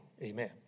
Amen